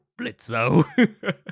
Blitzo